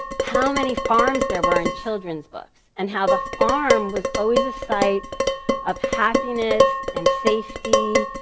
how many farms there were in children's books and how the farm was always a site of happiness and safety,